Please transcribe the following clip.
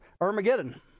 Armageddon